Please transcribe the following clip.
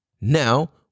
Now